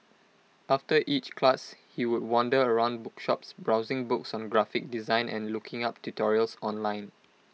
after each class he would wander around bookshops browsing books on graphic design and looking up tutorials online